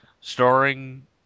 starring